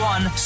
One